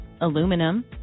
aluminum